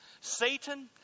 Satan